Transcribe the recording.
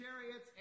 chariots